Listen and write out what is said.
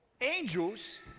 angels